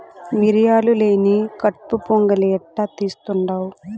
మిరియాలు లేని కట్పు పొంగలి ఎట్టా తీస్తుండావ్